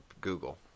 Google